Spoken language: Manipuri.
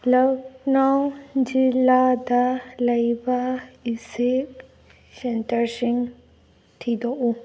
ꯂꯛꯈꯅꯧ ꯖꯤꯜꯂꯥꯗ ꯂꯩꯕ ꯏꯁꯤꯛ ꯁꯦꯟꯇꯔꯁꯤꯡ ꯊꯤꯗꯣꯛꯎ